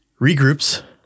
regroups